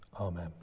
Amen